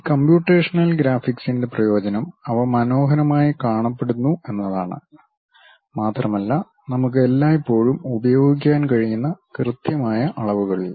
ഈ കമ്പ്യൂട്ടേഷണൽ ഗ്രാഫിക്സിന്റെ പ്രയോജനം അവ മനോഹരമായി കാണപ്പെടുന്നു എന്നതാണ് മാത്രമല്ല നമുക്ക് എല്ലായ്പ്പോഴും ഉപയോഗിക്കാൻ കഴിയുന്ന കൃത്യമായ അളവുകളിൽ